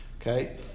Okay